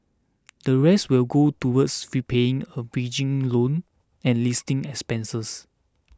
the rest will go towards repaying a bridging loan and listing expenses